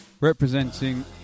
representing